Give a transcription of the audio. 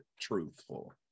truthful